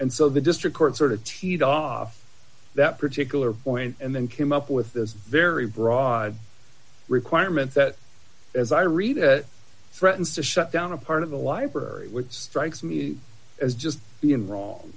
and so the district court sort of teed off that particular point and then came up with this very broad requirement that as i read that threatens to shut down a part of the library which strikes me as just being wrong